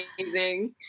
amazing